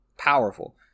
powerful